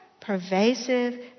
pervasive